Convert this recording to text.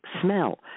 smell